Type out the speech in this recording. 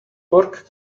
pork